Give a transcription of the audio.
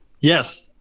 Yes